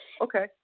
Okay